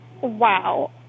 Wow